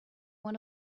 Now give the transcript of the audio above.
one